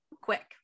quick